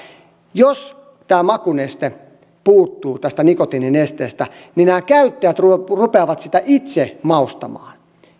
jos tämä makuneste puuttuu tästä nikotiininesteestä niin nämä käyttäjät rupeavat rupeavat sitä itse maustamaan